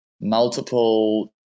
Multiple